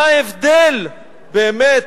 מה ההבדל, באמת.